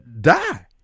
die